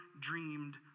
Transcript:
dreamed